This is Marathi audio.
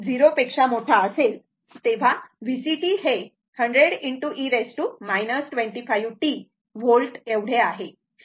म्हणून जेव्हा t 0 असेल तेव्हा VCt हे 100 e 25t V आहे